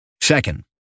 Second